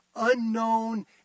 unknown